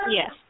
Yes